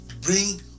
Bring